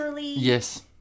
yes